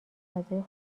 غذای